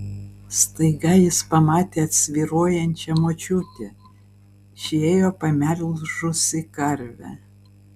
staiga jis pamatė atsvyruojančią močiutę ši ėjo pamelžusi karvę